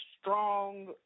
strong